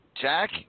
Jack